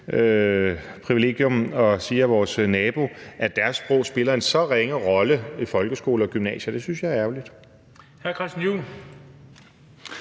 at det er vores nabo, spiller en så ringe rolle i folkeskoler og gymnasier. Det synes jeg er ærgerligt.